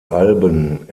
alben